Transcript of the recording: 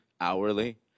hourly